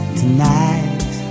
tonight